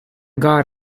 god